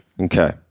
Okay